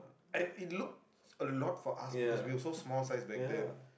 and it looks a lot for us because we also small size back then